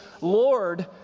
Lord